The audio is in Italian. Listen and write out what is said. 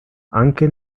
anche